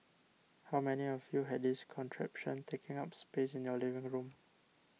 how many of you had this contraption taking up space in your living room